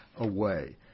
away